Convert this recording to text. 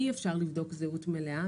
אי אפשר לבדוק זהות מלאה.